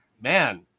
man